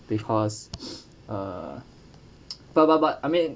because uh but but but I mean